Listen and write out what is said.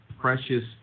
precious